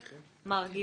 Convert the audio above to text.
מרגי,